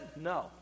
No